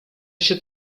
się